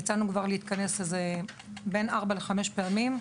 יצאנו לנו להתכנס ארבע, חמש פעמים.